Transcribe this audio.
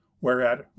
whereat